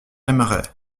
aimerait